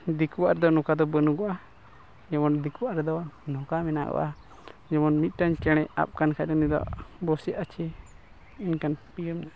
ᱫᱤᱠᱩᱣᱟᱜ ᱨᱮᱫᱚ ᱱᱚᱝᱠᱟ ᱫᱚ ᱵᱟᱹᱱᱩᱜᱼᱟ ᱡᱮᱢᱚᱱ ᱫᱤᱠᱩᱣᱟᱜ ᱨᱮᱫᱚ ᱱᱚᱝᱠᱟ ᱢᱮᱱᱟᱜᱼᱟ ᱡᱮᱢᱚᱱ ᱢᱤᱫᱴᱟᱝ ᱪᱮᱬᱮ ᱟᱯ ᱠᱟᱱ ᱠᱷᱟᱡ ᱩᱱᱤ ᱫᱚ ᱵᱚᱥᱮ ᱟᱪᱷᱮ ᱚᱱᱠᱟᱱ ᱤᱭᱟᱹ ᱢᱮᱱᱟᱜᱼᱟ